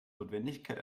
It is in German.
notwendigkeit